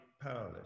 powerless